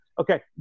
Okay